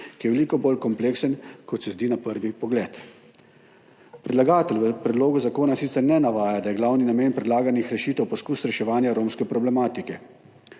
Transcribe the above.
ki je veliko bolj kompleksen, kot se zdi na prvi pogled. Predlagatelj v predlogu zakona sicer ne navaja, da je glavni namen predlaganih rešitev poskus reševanja romske problematike.